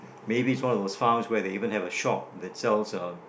maybe it's one of those farm where they even have a shop that sells uh